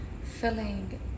filling